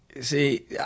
See